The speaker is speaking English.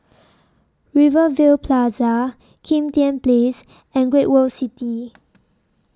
Rivervale Plaza Kim Tian Place and Great World City